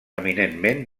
eminentment